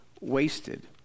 wasted